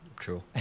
true